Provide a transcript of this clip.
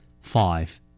five